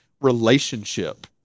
relationship